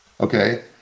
Okay